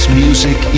music